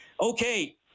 Okay